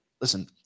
listen